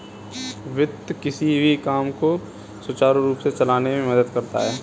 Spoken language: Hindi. वित्त किसी भी काम को सुचारू रूप से चलाने में मदद करता है